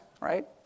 right